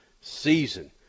season